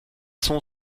sont